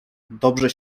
dobrze